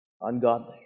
ungodly